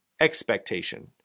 expectation